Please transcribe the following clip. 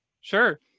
Sure